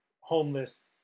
homeless